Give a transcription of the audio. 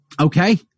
Okay